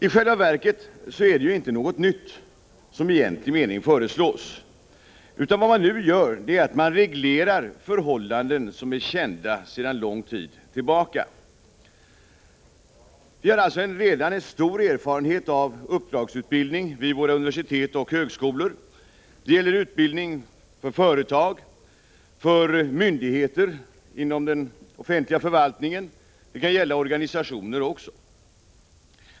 I själva verket är det inte något nytt som i egentlig mening föreslås. Vad man nu gör är att man reglerar förhållanden som är kända sedan lång tid tillbaka. Vi har alltså redan en stor erfarenhet av uppdragsutbildning vid våra universitet och högskolor. Det gäller utbildning för företag, för myndigheter inom den offentliga förvaltningen och organisationsutbildning.